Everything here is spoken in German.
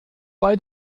bei